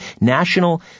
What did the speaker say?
National